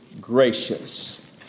gracious